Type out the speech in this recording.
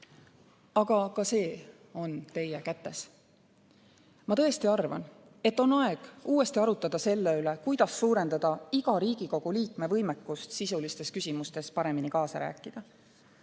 Aga ka see on teie kätes. Ma tõesti arvan, et on aeg uuesti arutada selle üle, kuidas suurendada iga Riigikogu liikme võimekust sisulistes küsimustes paremini kaasa rääkida.